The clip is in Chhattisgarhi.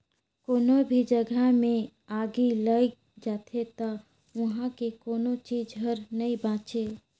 कोनो भी जघा मे आगि लइग जाथे त उहां के कोनो चीच हर नइ बांचे